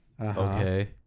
Okay